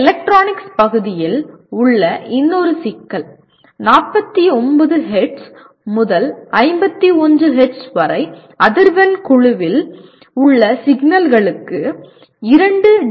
electronics பகுதியில் உள்ள இன்னொரு சிக்கல் 49 ஹெர்ட்ஸ் முதல் 51 ஹெர்ட்ஸ் வரையிலான அதிர்வெண் குழுவில் உள்ள சிக்னல்களுக்கு 20 டி